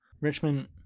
Richmond